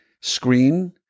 screen